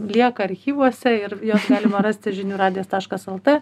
lieka archyvuose ir juos galima rasti žinių radijas taškas lt